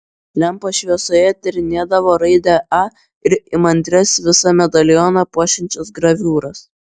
lempos šviesoje tyrinėdavo raidę a ir įmantrias visą medalioną puošiančias graviūras